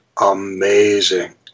amazing